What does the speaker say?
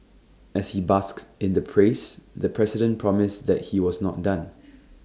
as he basked in the praise the president promised that he was not done